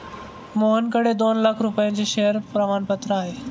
मोहनकडे दोन लाख रुपयांचे शेअर प्रमाणपत्र आहे